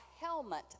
helmet